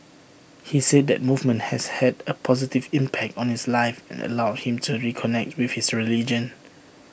he said the movement has had A positive impact on his life and allowed him to reconnect with his religion